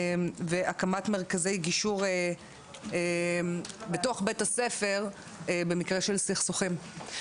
הקמת מרכזי גישור בתוך בית הספר במקרה של סכסוכים.